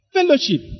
Fellowship